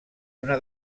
una